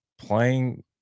playing